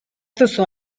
duzu